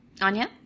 Anya